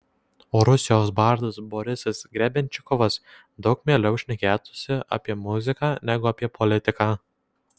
o rusijos bardas borisas grebenščikovas daug mieliau šnekėtųsi apie muziką negu apie politiką